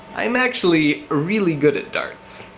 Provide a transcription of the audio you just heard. i'm actually really good at darts.